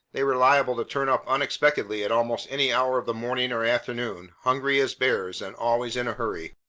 they were liable to turn up unexpectedly at almost any hour of the morning or afternoon, hungry as bears, and always in a hurry.